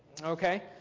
Okay